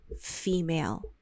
female